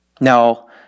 now